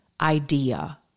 idea